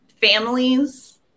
families